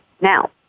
Now